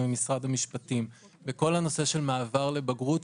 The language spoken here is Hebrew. עם משרד המשפטים - בכל הנושא של המעבר לבגרות,